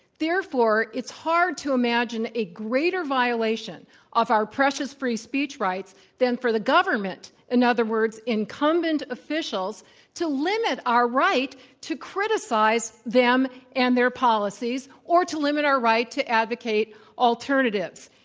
therefore, it's hard to imagine a greater violation of our precious free speech rights than for the government in and other words, incumbent officials to limit our right to criticize them and their policies or to limit our right to advocate alternatives.